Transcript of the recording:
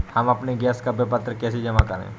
हम अपने गैस का विपत्र कैसे जमा करें?